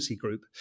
group